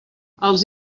els